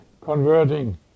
converting